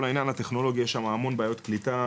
כל העניין הטכנולוגי יש שם המון בעיות קליטה,